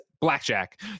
Blackjack